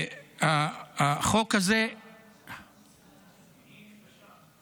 החוק הזה --- ממי היא נכבשה?